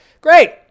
Great